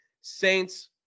Saints